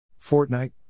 Fortnite